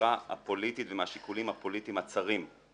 מהזירה הפוליטית ומהשיקולים הפוליטיים הצרים.